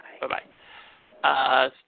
Bye-bye